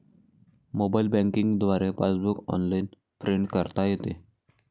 mobile banking द्वारे passbook online print करता येते